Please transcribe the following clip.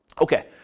Okay